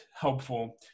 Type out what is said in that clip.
helpful